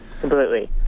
completely